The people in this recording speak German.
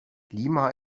lima